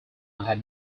had